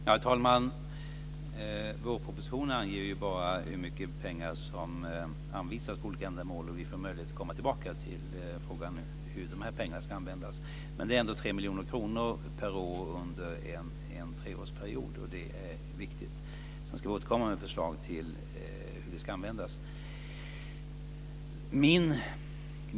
Herr talman! Vårpropositionen anger bara hur mycket pengar som anvisas till olika ändamål. Vi får möjlighet att komma tillbaka till frågan om hur just de här pengarna ska användas. Det är 3 miljoner kronor per år under en treårsperiod. Det är viktigt. Vi ska återkomma med förslag till hur de ska användas.